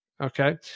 Okay